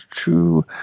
true